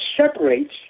separates